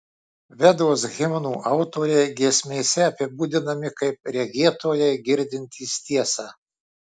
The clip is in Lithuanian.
vedos himnų autoriai giesmėse apibūdinami kaip regėtojai girdintys tiesą